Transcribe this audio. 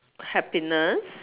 happiness